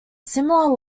similar